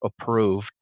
approved